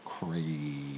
Crazy